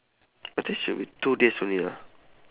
I think should be two days only lah